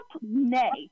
nay